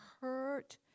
hurt